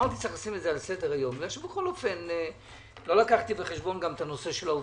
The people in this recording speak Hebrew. גם לא לקחתי בחשבון את נושא העובדים.